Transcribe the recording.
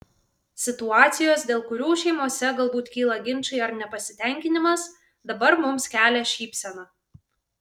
situacijos dėl kurių šeimose galbūt kyla ginčai ar nepasitenkinimas dabar mums kelia šypseną